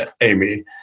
Amy